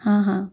हाँ हाँ